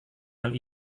hal